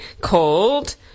called